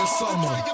summer